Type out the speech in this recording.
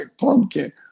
Pumpkin